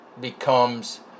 becomes